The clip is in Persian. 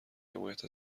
حمایت